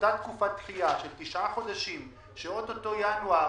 אותה תקופת דחייה של תשעה חודשים שאו-טו-טו ינואר